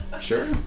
Sure